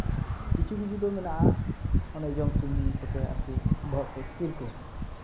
ᱠᱤᱪᱷᱩ ᱠᱤᱪᱷᱩ ᱫᱚ ᱢᱮᱱᱟᱜᱼᱟ ᱚᱱᱮ ᱡᱚᱢ ᱥᱩᱱᱩᱢ ᱠᱚᱛᱮ ᱟᱨᱠᱤ ᱵᱚᱦᱚᱜ ᱠᱚ ᱤᱥᱠᱤᱨ ᱠᱚ